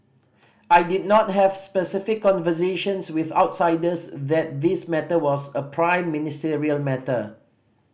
I did not have specific conversations with outsiders that this matter was a prime ministerial matter